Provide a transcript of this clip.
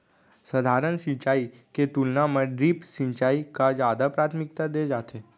सधारन सिंचाई के तुलना मा ड्रिप सिंचाई का जादा प्राथमिकता दे जाथे